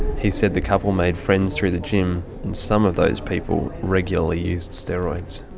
he said the couple made friends through the gym and some of those people regularly used steroids.